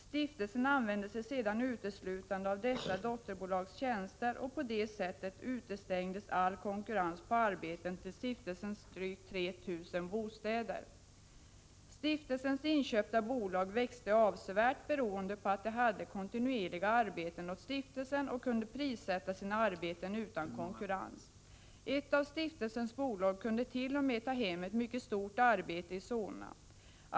Stiftelsen använde sig sedan uteslutande av dessa dotterbolags tjänster, och på det sättet utestängdes all konkurrens om arbeten beträffande stiftelsens drygt 3 000 bostäder. Stiftelsens inköpta bolag växte avsevärt, beroende på att de hade kontinuerliga arbeten åt stiftelsen och kunde prissätta sina arbeten utan konkurrens. Ett av stiftelsens bolag kunde t.o.m. ta hem ett mycket stort arbete i Solna.